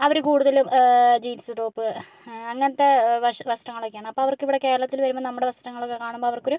അവർ കൂടുതലും jeans top അങ്ങനത്തെ വസ് വസ്ത്രങ്ങളൊക്കെയാണ് അപ്പം അവർക്ക് ഇവിടെ കേരളത്തിൽ വരുമ്പോൾ നമ്മുടെ വസ്ത്രങ്ങളൊക്കെ കാണുമ്പോൾ അവർക്കൊരു